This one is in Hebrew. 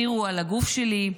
העירו על הגוף שלי,